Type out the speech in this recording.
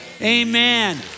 Amen